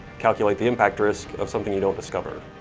calculate the impact risk of something you don't discover.